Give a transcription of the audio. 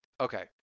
okay